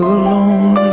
alone